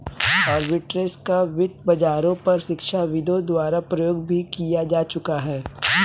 arbitrage का वित्त बाजारों पर शिक्षाविदों द्वारा प्रयोग भी किया जा चुका है